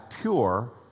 pure